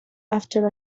after